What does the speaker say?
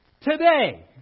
Today